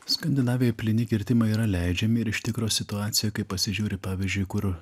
skandinavijoj plyni kirtimai yra leidžiami ir iš tikro situacija kai pasižiūri pavyzdžiui kur